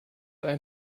ein